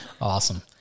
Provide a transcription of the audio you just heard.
Awesome